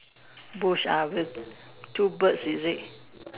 brush are birds two birds is it